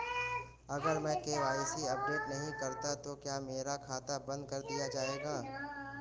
अगर मैं KYC update नहीं करता तो क्या मेरा खाता बंद कर दिया जाएगा?